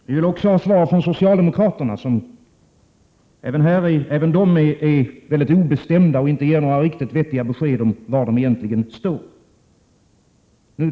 Vi vill också har svar från socialdemokraterna, som även de är mycket obestämda och inte ger några riktigt vettiga besked om var de egentligen står.